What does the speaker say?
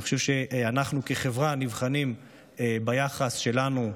אני חושב שאנחנו כחברה נבחנים ביחס שלנו,